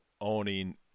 owning